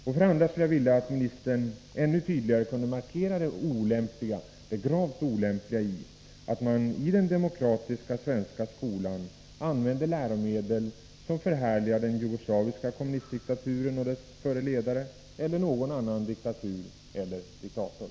För det andra skulle jag vilja att ministern ännu tydligare kunde markera det gravt olämpliga i att man i den demokratiska svenska skolan använder 16 läromedel som förhärligar den jugoslaviska kommunistdiktaturen och dess förre ledare eller någon annan diktatur eller diktator.